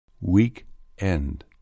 Weekend